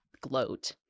gloat